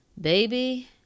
baby